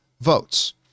votes